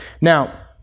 Now